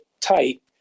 tight